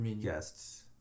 guests